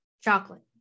Chocolate